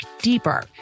deeper